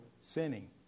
sinning